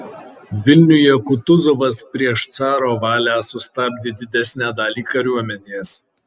vilniuje kutuzovas prieš caro valią sustabdė didesnę dalį kariuomenės